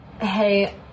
hey